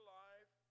life